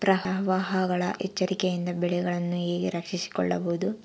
ಪ್ರವಾಹಗಳ ಎಚ್ಚರಿಕೆಯಿಂದ ಬೆಳೆಗಳನ್ನು ಹೇಗೆ ರಕ್ಷಿಸಿಕೊಳ್ಳಬಹುದು?